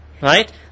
right